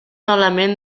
element